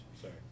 Sorry